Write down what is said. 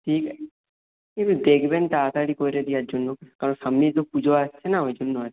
ঠিক দেখবেন তাড়াতাড়ি করে দেওয়ার জন্য কারণ সামনেই তো পুজো আসছে না ওই জন্য আর